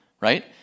Right